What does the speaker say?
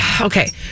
okay